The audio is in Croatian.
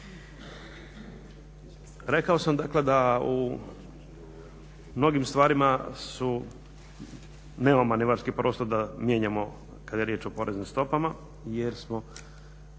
Rekao sam dakle da u mnogim stvarima nema manevarski prostor da mijenjamo kad je riječ o poreznim stopama jer je